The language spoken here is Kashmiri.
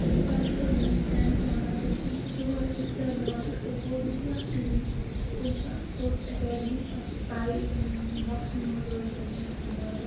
یوٚتامَتھ حظ میٛٲنۍ فرٛیٚنٛڈ چھِ وَنان تٔمۍ سُنٛد سۄ چھِ واریاہ زیادٕ دَپان اصٕل کوٗر بیٚیہِ چھِ لۄکٹٕے وُنہِ تٔمۍ چھِ اَکھ سپورٹٕس اکیڈمی اَکھ تَے بۄکسِنٛگ منٛز حظ چھُ تٔمۍ حِصہٕ نِمُت دَپان